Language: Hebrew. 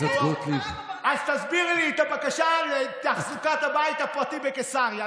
אז תסבירי לי את הבקשה לתחזוקת הבית הפרטי בקיסריה.